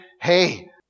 hey